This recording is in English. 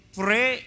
pray